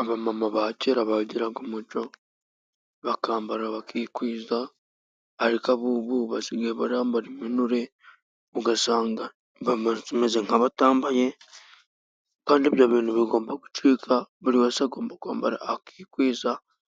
Abamama ba kera bagiraga umuco bakambara bakikwiza ariko abubu basigaye bambara impenure ugasanga bimeze nkaba batambaye kandi ibyo bintu bigomba gucika buri wese agomba kwambara akikwiza